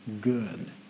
good